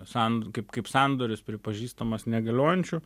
san kaip kaip sandoris pripažįstamas negaliojančiu